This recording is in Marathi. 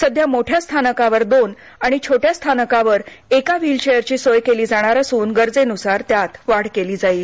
सध्या मोठ्या स्थानकावर दोन आणि छोट्या स्थानकावर एका व्हील चेअरची सोय केली जाणार असुन गरजेनुसार त्यात वाढ केली जाईल